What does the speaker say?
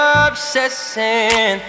obsessing